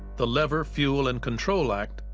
the lever fuel and control act,